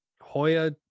Hoya